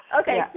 Okay